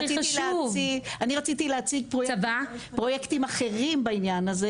אני רציתי להציג פרויקטים אחרים בעניין הזה